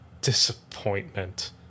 disappointment